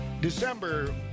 December